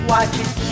Watching